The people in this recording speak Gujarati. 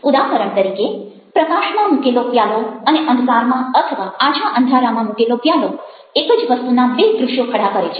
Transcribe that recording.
ઉદાહરણ તરીકે પ્રકાશમાં મૂકેલો પ્યાલો અને અંધકારમાં અથવા આછા અંધારામાં મૂકેલો પ્યાલો એક જ વસ્તુના બે દ્રશ્યો ખડા કરે છે